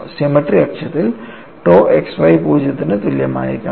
symmetry അക്ഷത്തിൽ tau xy 0 ന് തുല്യമായിരിക്കണം